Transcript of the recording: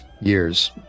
years